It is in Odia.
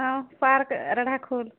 ହଁ ପାର୍କ ରେଢ଼ାଖୋଲ